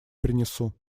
принесу